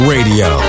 Radio